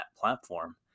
platform